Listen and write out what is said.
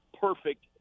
perfect